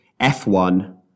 F1